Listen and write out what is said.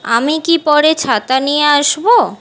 আমি কি পরে ছাতা নিয়ে আসবো